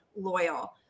loyal